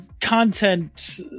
content